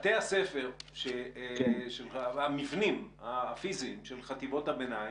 בתי הספר, המבנים הפיזיים של חטיבות הביניים,